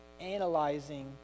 analyzing